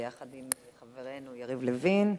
יחד עם חברנו יריב לוין.